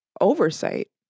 oversight